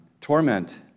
torment